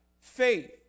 faith